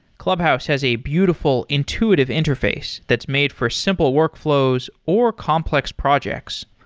clubhouse has a beautiful intuitive interface that's made for simple workflows or complex projects.